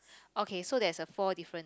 okay so that's a four difference